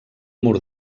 mur